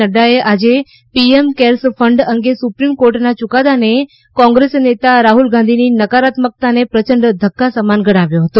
નફાએ આજે PM cares fund અંગે સુપ્રીમ કોર્ટના યુકાદાને કોંગ્રેસ નેતા રાહ્લ ગાંધીની નકારાત્મકતાને પ્રચંડ ધક્કા સમાન ગણાવ્યો છે